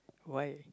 why